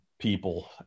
people